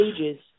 ages